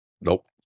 nope